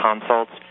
consults